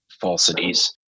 falsities